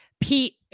Pete